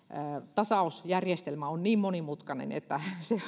tasausjärjestelmä on niin monimutkainen että